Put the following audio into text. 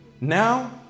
now